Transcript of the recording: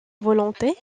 volonté